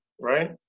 right